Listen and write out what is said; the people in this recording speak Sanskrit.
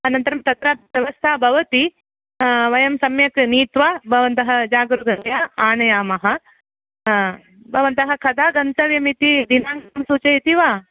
अनन्तरं तत्र व्यवस्था भवति वयं सम्यक् नीत्वा भवन्तः जागृकतया आनयामः भवन्तः कदा गन्तव्यामिति दिनाङ्कं सूचयति वा